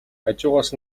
хажуугаас